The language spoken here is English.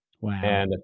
Wow